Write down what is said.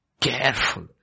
careful